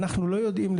בישראל אנחנו לא יודעים,